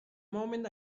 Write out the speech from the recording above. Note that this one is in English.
moment